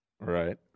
Right